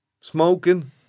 smoking